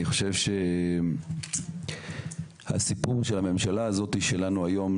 אני חושב שהסיפור של הממשלה הזאת שלנו היום,